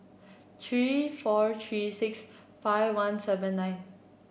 three four three six five one seven nine